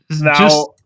now